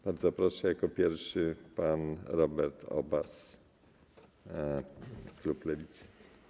Bardzo proszę, jako pierwszy pan Robert Obaz, klub Lewicy.